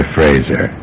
Fraser